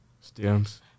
Stems